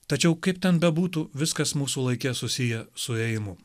tačiau kaip ten bebūtų viskas mūsų laike susiję su ėjimu